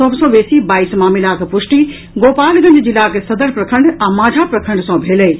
सभ सँ बेसी बाईस मामिलाक पुष्टि गोपालगंज जिलाक सदर प्रखंड आ मांझा प्रखंड सँ भेल अछि